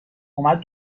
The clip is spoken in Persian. اومد